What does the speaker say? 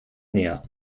näher